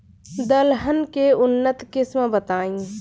दलहन के उन्नत किस्म बताई?